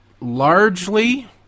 Largely